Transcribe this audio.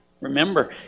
Remember